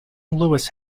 lewes